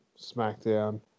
SmackDown